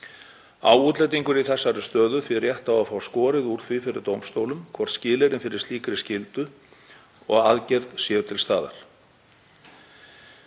Á útlendingur í þessari stöðu því rétt á að fá skorið úr því fyrir dómstólum hvort skilyrði fyrir slíkri skyldu og aðgerð séu til staðar.